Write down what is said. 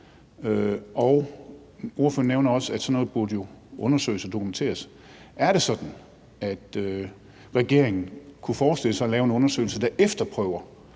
Ordføreren nævner også, at sådan noget jo burde undersøges og dokumenteres. Er det sådan, at regeringen kunne forestille sig at lave en undersøgelse, der efterprøver,